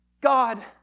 God